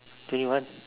twenty one